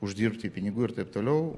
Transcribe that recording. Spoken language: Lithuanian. uždirbti pinigų ir taip toliau